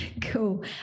Cool